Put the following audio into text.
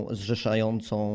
zrzeszającą